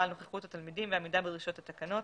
על נוכחות התלמידים ועמידה בדרישות התקנות,